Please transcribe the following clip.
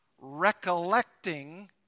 recollecting